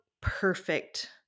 perfect